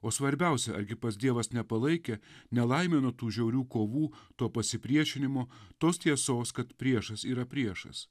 o svarbiausia argi pats dievas nepalaikė nelaimių na tų žiaurių kovų to pasipriešinimo tos tiesos kad priešas yra priešas